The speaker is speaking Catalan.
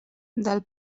del